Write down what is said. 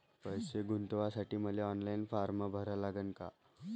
पैसे गुंतवासाठी मले ऑनलाईन फारम भरा लागन का?